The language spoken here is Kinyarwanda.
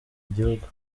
igihugu